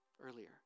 earlier